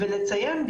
וגם לציין ש: